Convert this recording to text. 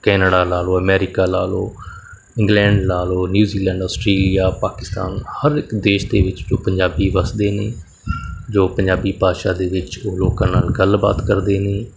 Canada ਲਾ ਲਾਓ America ਲਾ ਲਓ ਇੰਗਲੈਂਡ ਲਾ ਲਓ ਨਿਊਜ਼ੀਲੈਂਡ ਔਸਟ੍ਰੇਲੀਆ ਪਾਕਿਸਤਾਨ ਹਰ ਇੱਕ ਦੇਸ਼ ਦੇ ਵਿੱਚ ਜੋ ਪੰਜਾਬੀ ਵੱਸਦੇ ਨੇ ਜੋ ਪੰਜਾਬੀ ਭਾਸ਼ਾ ਦੇ ਵਿੱਚ ਉਹ ਲੋਕਾਂ ਨਾਲ ਗੱਲਬਾਤ ਕਰਦੇ ਨੇ